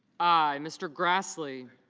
i. mr. grassley